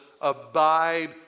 abide